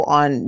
on